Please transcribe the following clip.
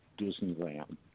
Disneyland